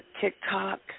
TikTok